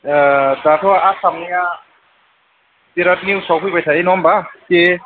दाथ' आसामनिआ बिराद निउसआव फैबाय थायो नङा होनब्ला खि